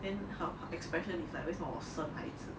then her expression is like 为什么我生孩子